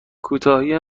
کوتاهی